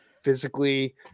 physically